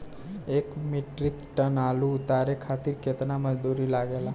एक metric tonne आलू उतारे खातिर केतना मजदूरी लागेला?